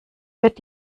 wird